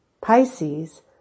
Pisces